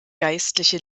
geistliche